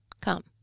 come